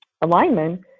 alignment